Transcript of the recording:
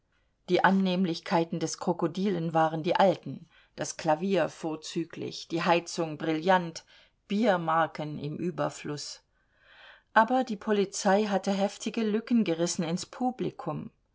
die annehmlichkeiten des krokodilen waren die alten das klavier vorzüglich die heizung brillant biermarken im überfluß aber die polizei hatte heftige lücken gerissen ins publikum